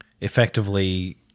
Effectively